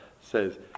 says